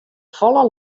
folle